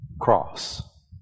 Cross